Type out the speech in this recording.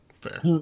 Fair